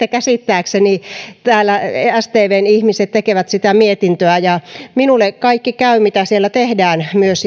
käsittääkseni täällä stvn ihmiset tekevät sitä mietintöä minulle käy kaikki mitä siellä tehdään myös